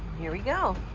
here we go.